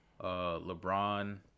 LeBron